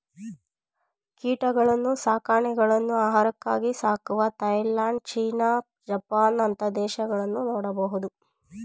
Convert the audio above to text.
ಕೀಟಗಳನ್ನ್ನು ಸಾಕಾಣೆಗಳನ್ನು ಆಹಾರಕ್ಕಾಗಿ ಸಾಕುವ ಥಾಯಲ್ಯಾಂಡ್, ಚೀನಾ, ಜಪಾನ್ ಅಂತ ದೇಶಗಳನ್ನು ನೋಡಬಹುದು